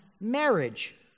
marriage